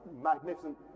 magnificent